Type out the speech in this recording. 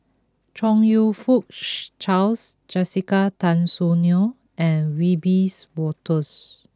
Chong you Fook Charles Jessica Tan Soon Neo and Wiebe Wolters